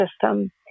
system